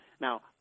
now